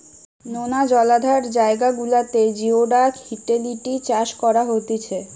নোনা জলাধার জায়গা গুলাতে জিওডাক হিটেলিডি চাষ করা হতিছে